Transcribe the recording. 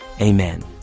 amen